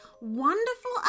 wonderful